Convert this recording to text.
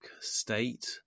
state